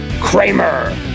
Kramer